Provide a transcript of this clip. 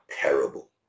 terrible